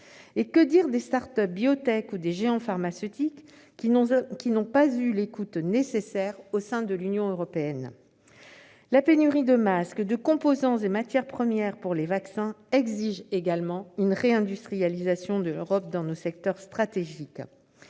Et que dire des start-up biotech ou des géants pharmaceutiques, qui n'ont pas eu l'écoute nécessaire au sein de l'Union européenne ? La pénurie de masques, de composants et de matières premières pour les vaccins rend également indispensable une réindustrialisation de l'Europe dans ces secteurs stratégiques.